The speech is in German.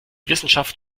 wissenschaft